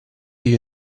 you